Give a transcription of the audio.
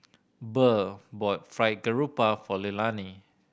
Burr bought Fried Garoupa for Leilani